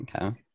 okay